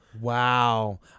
wow